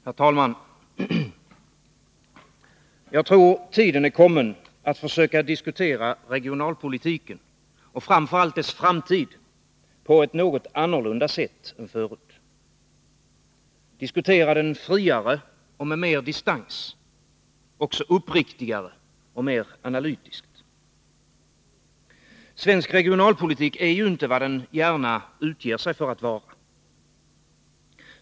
Herr talman! Jag tror tiden är kommen att försöka diskutera regionalpolitiken och framför allt dess framtid på ett något annorlunda sätt än förut — friare och med mer distans, också uppriktigare och mer analytiskt. Svensk regionalpolitik är ju inte vad den gärna utger sig för att vara.